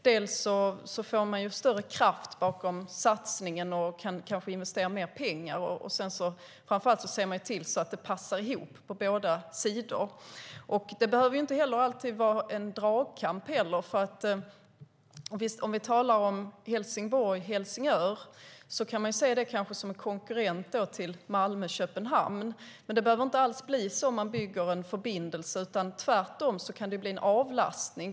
Det blir då större kraft bakom satsningen och mer pengar kan investeras. Framför allt kan man se till att infrastrukturen passar ihop på båda sidor. Det behöver inte alltid vara en dragkamp. Förbindelsen Helsingborg-Helsingör kan ses som en konkurrent till Malmö-Köpenhamn. Men det behöver inte alls bli så om det byggs en förbindelse. Tvärtom kan det bli en avlastning.